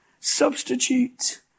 substitute